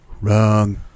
Wrong